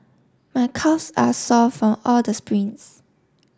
my calves are sore from all the sprints